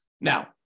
Now